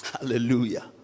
Hallelujah